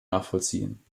nachvollziehen